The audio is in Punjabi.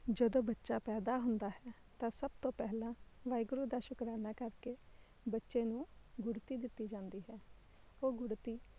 ਜਦੋਂ ਬੱਚਾ ਪੈਦਾ ਹੁੰਦਾ ਹੈ ਤਾਂ ਸਭ ਤੋਂ ਪਹਿਲਾਂ ਵਾਹਿਗੁਰੂ ਦਾ ਸ਼ੁਕਰਾਨਾ ਕਰਕੇ ਬੱਚੇ ਨੂੰ ਗੁੜਤੀ ਦਿੱਤੀ ਜਾਂਦੀ ਹੈ ਉਹ ਗੁੜਤੀ